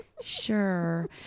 Sure